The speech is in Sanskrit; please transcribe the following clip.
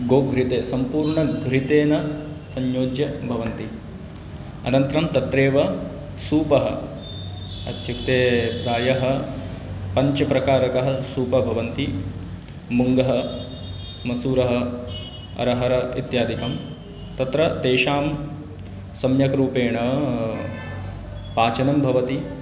गोघृते सम्पूर्णघृतेन संयोज्य भवन्ति अनन्तरं तत्रैव सूपः इत्युक्ते प्रायः पञ्चप्रकारकाः सूपाः भवन्ति मुङ्गः मसूरः रहर इत्यादिकं तत्र तेषां सम्यक् रूपेण पाचनं भवति